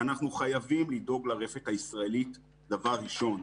אנחנו חייבים לדאוג לרפת הישראלית כדבר ראשון,